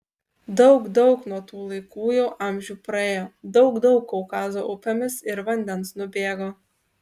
daug daug nuo tų laikų jau amžių praėjo daug daug kaukazo upėmis ir vandens nubėgo